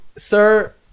Sir